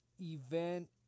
event